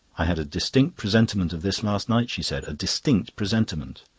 i had a distinct presentiment of this last night, she said. a distinct presentiment.